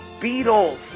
Beatles